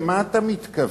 למה אתה מתכוון?